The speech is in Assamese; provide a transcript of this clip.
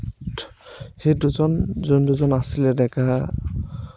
সেই দুজন যোনদুজন আছিলে ডেকা